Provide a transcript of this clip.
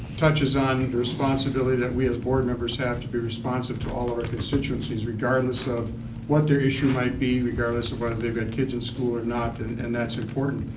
touches on the responsibility that was board members have to be responsive to all our constituencies regardless of what their issue might be, regardless of whether they've got kids in school are not common and that's important.